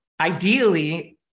Ideally